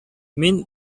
мин